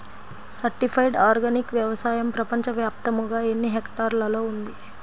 Certified organic వ్యవసాయం ప్రపంచ వ్యాప్తముగా ఎన్నిహెక్టర్లలో ఉంది?